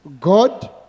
God